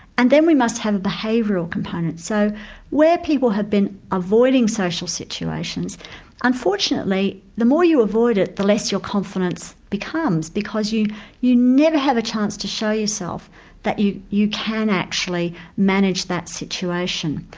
and then we must have a behavioural component. so where people have been avoiding social situations unfortunately the more you avoid it the less your confidence becomes because you you never have a chance to show yourself that you you can actually manage that situation.